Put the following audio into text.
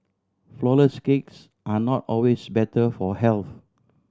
flourless cakes are not always better for health